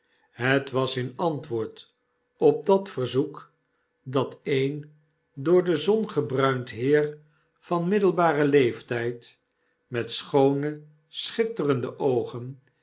het was in antwoord op dat verzoek dat een door de zon gebruind heer van middelbaren leeftijd met schoone schitterende oogen